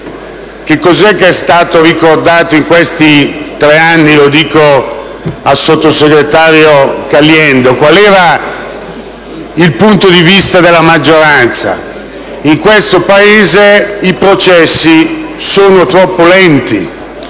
Cos'è stato ricordato in questi tre anni, signor sottosegretario Caliendo? Qual era il punto di vista della maggioranza? In questo Paese i processi sono troppo lenti,